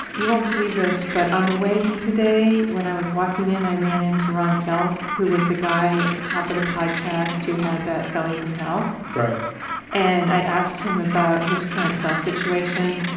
you won't believe this, but on the way in today when i was walking in, i ran into ron self, who was the guy at the top of the podcast who had that cellie from hell right and i asked him about his current cell situation,